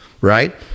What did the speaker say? right